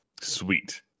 Sweet